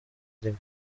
irimo